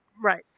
Right